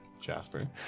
Jasper